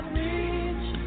reach